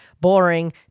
boring